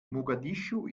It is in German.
mogadischu